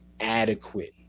adequate